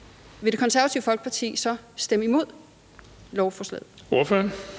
(Erling Bonnesen): Ordføreren. Kl. 14:19 Marcus Knuth (KF):